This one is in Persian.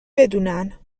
بدونن